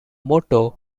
motto